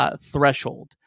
threshold